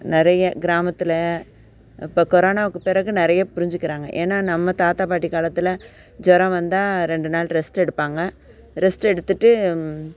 நிறைய கிராமத்தில் இப்போது கொரோனாவுக்கு பிறகு நிறைய புரிஞ்சுக்கிறாங்க ஏன்னால் நம்ம தாத்தா பாட்டி காலத்தில் ஜூரம் வந்தால் ரெண்டு நாள் ரெஸ்ட் எடுப்பாங்க ரெஸ்ட் எடுத்துவிட்டு